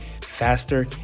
faster